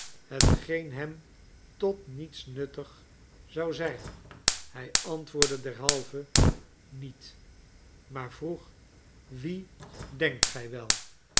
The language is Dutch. hetgeen hem tot niets nuttig zou zijn hij antwoordde derhalve niet maar vroeg wie denkt gij wel